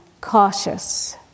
cautious